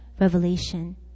revelation